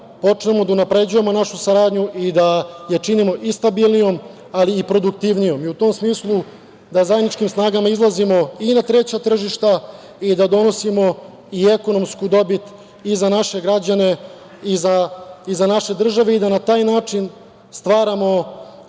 počnemo da unapređujemo našu saradnju i da je činimo i stabilnijom, ali i produktivnijom. U tom smislu da zajedničkim snagama izlazimo i na treća tržišta i da donosimo i ekonomsku dobit i za naše građane i za naše države i da na taj način stvaramo